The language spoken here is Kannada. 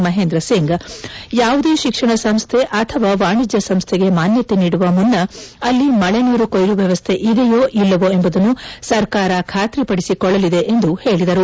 ಮಹೇಂದ್ರ ಸಿಂಗ್ ಯಾವುದೇ ಶಿಕ್ಷಣ ಸಂಸ್ಥೆ ಅಥವಾ ವಾಣಿಜ್ಯ ಸಂಸ್ಥೆಗೆ ಮಾನ್ಯತೆ ನೀಡುವ ಮುನ್ನ ಅಲ್ಲಿ ಮಳೆ ನೀರು ಕೊಯ್ಲು ವ್ಯವಸ್ಥೆ ಇದೆಯೋ ಇಲ್ಲವೋ ಎಂಬುದನ್ನು ಸರ್ಕಾರ ಖಾತ್ರಿ ಪಡಿಸಿಕೊಳ್ಳಲಿದೆ ಎಂದು ಹೇಳಿದರು